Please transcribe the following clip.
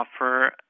offer